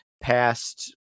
past